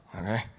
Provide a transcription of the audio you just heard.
okay